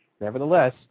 Nevertheless